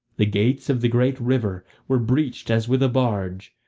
the gates of the great river were breached as with a barge,